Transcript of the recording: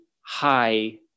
high